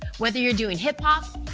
whether you're doing hip hop,